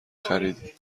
خریدیم